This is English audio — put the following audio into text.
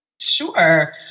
Sure